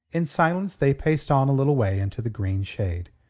in silence they paced on a little way into the green shade.